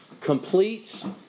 completes